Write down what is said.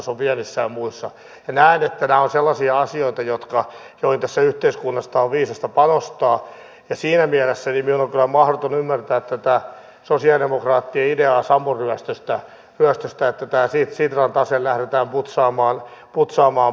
näen että nämä ovat sellaisia asioita joihin tässä yhteiskunnassa on viisasta panostaa ja siinä mielessä minun on kyllä mahdoton ymmärtää tätä sosialidemokraattien ideaa sammon ryöstöstä että tämä sitran tase lähdetään putsamaan pois